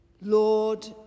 Lord